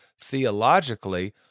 theologically